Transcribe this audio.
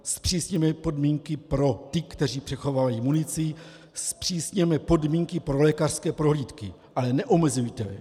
Zpřísněme podmínky pro ty, kteří přechovávají munici, zpřísněme podmínky pro lékařské prohlídky, ale neomezujte.